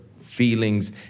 feelings